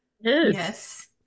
Yes